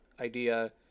idea